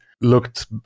looked